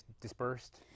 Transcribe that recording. dispersed